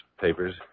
papers